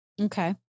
Okay